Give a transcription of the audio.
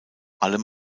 allem